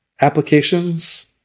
applications